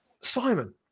Simon